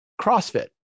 CrossFit